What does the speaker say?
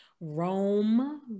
Rome